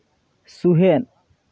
ᱥᱩᱦᱮᱫ